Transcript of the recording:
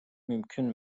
mümkün